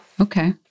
okay